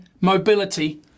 mobility